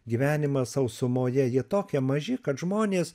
gyvenimas sausumoje jie tokie maži kad žmonės